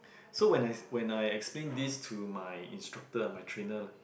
so when I when I explain this to my instructor ah my trainer lah